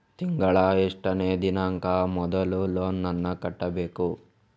ತಿಂಗಳ ಎಷ್ಟನೇ ದಿನಾಂಕ ಮೊದಲು ಲೋನ್ ನನ್ನ ಕಟ್ಟಬೇಕು?